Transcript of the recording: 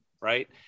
Right